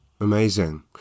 Amazing